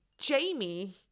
Jamie